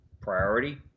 priority